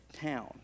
town